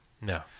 No